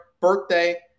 birthday